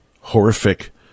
horrific